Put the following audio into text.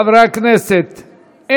חברי הכנסת,